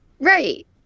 right